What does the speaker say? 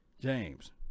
james